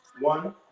One